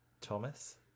thomas